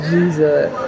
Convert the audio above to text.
Jesus